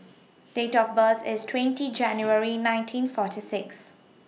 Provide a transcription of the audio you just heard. Date of birth IS twenty January nineteen forty six